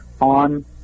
on